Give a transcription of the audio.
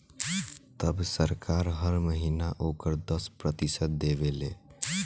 तब सरकार हर महीना ओकर दस प्रतिशत देवे ले